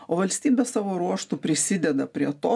o valstybė savo ruožtu prisideda prie to